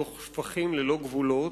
דוח "שפכים ללא גבולות",